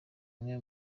umwe